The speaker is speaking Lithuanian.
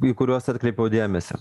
į kuriuos atkreipiau dėmesį